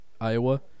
Iowa